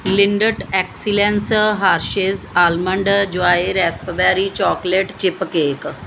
Lindt excellence Hershey's almond joy raspberry chocolate chip cake